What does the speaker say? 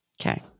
Okay